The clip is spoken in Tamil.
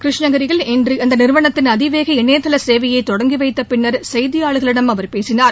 கிருஷ்கிரியில் இந்த நிறுவனத்தின் அதிவேக இணையதள சேவையை தொடங்கி வைத்த பின்னர் செய்தியாளர்களிடம் அவர் பேசினார்